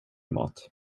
mat